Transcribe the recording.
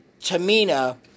Tamina